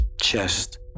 chest